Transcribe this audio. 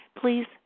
Please